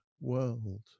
world